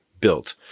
built